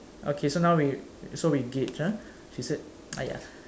okay so now we so we gauge ah she said !aiya!